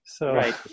Right